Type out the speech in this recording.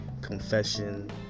confession